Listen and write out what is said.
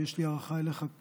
יש לי הערכה מאוד גדולה כלפיך.